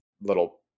little